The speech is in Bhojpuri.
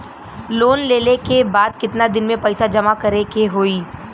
लोन लेले के बाद कितना दिन में पैसा जमा करे के होई?